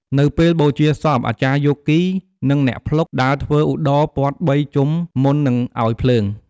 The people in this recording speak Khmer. នៅពេលបូជាសព អាចារ្យយោគី និងអ្នកភ្លុកដើរធ្វើឧត្តរពាត់បីជុំមុននឹងឲ្យភ្លើង។